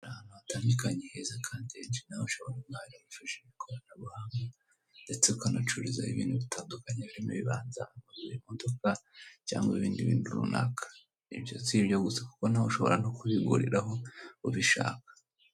Hari abantu bakunze gukoresha amafaranga y'ibindi bihugu mu kuba bavunjisha kugirango babe babona adutubutse aho baba barabikije amafaranga y'igihugu gikomeye ku isi gikora ubucuruzi bukomeye kuburyo batazigera bahomba.